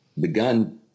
begun